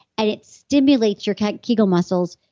and it stimulates your kind of kegel muscles,